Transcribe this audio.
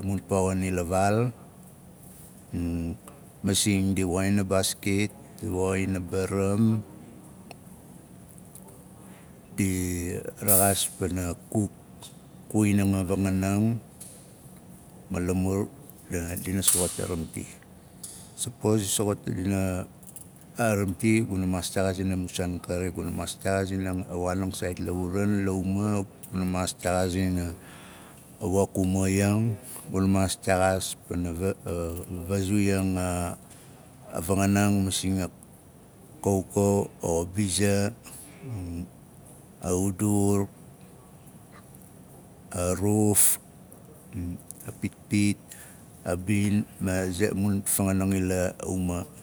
mun poxing ila vaal masing di woxin a baaskit di woxin a baram di a rexaas panakuk kuwinang a vanganang ma lamur dina soxota a ramti. sapos dina soxot a ramti guna maas texaazing a mun saan a kari guna maas texaazing a waanang saait la uran la uma guna maas texaazing a wok umaiyang funa maas lexaas pana varuiyang a vanganang masing a kaukau o biza a udur a ruf a pitpit a bina ma ze a mun ganganang ila uma